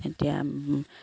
এতিয়া